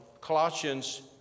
Colossians